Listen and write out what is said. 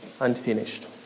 unfinished